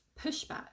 pushback